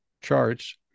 charts